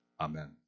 Amen